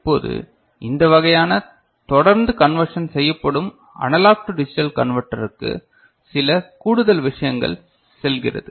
இப்போது இந்த வகையான தொடர்ந்து கன்வெர்ஷன் செய்யப்படும் அனலாக் டூ டிஜிட்டல் கண்வெட்டருக்கு சில கூடுதல் விஷயங்கள் செல்கிறது